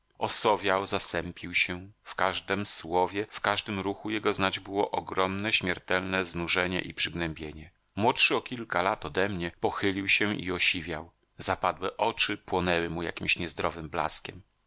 osowiał zasępił się w każdem słowie w każdym ruchu jego znać było ogromne śmiertelne znużenie i przygnębienie młodszy o kilka lat odemnie pochylił się i osiwiał zapadłe oczy płonęły mu jakimś niezdrowym blaskiem